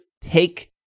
take